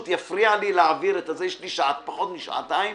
יש לי פחות משעתיים